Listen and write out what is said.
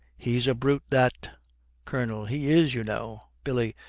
he's a brute that colonel. he is, you know billy.